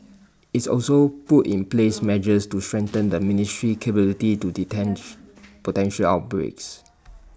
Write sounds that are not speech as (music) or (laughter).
it's also put in place measures to strengthen the ministry's capability to (unintelligible) potential outbreaks